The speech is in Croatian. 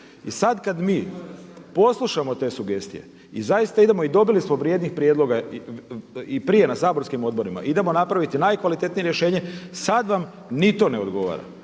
I sad kad mi poslušamo te sugestije i zaista idemo i dobili smo vrijednih prijedloga i prije na saborskim odborima, idemo napraviti najkvalitetnije rješenje. Sad vam ni to ne odgovara.